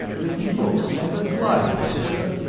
it looks like a glider, sir.